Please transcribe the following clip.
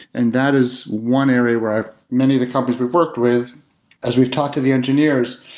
and that is one area where many of the companies we've worked with as we've talked to the engineers,